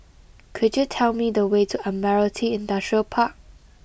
could you tell me the way to Admiralty Industrial Park